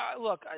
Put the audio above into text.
look